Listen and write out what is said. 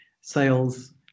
sales